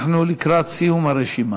אנחנו לקראת סיום הרשימה.